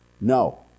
No